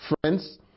Friends